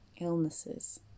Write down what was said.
illnesses